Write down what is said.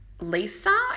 Lisa